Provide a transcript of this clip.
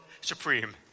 Supreme